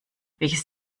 welches